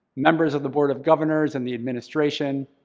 members of the board of governors and the administration,